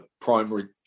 primary